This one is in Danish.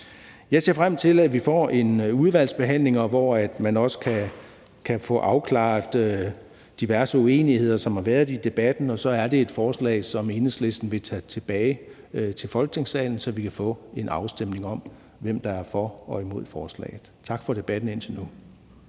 Jeg ser frem til, at vi får en udvalgsbehandling, hvor man også kan få afklaret diverse uenigheder, som har været i debatten. Og så er det et forslag, som Enhedslisten vil tage tilbage til Folketingssalen, så vi kan få en afstemning om, hvem der er for, og hvem der er imod forslaget. Tak for debatten indtil nu.